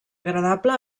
agradable